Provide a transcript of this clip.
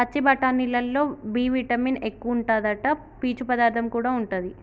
పచ్చి బఠానీలల్లో B vitamin ఎక్కువుంటాదట, పీచు పదార్థం కూడా ఉంటది